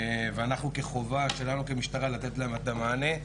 ואנחנו, חובה שלנו כמשטרה לתת להן את המענה.